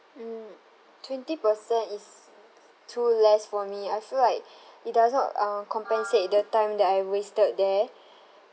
mm twenty percent is too less for me I feel like it does not uh compensate the time that I wasted there